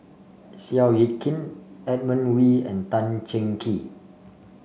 Seow Yit Kin Edmund Wee and Tan Cheng Kee